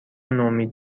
نومید